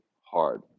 hard